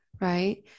right